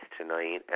tonight